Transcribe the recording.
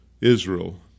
Israel